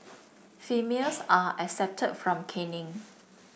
females are excepted from caning